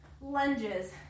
lunges